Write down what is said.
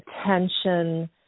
Attention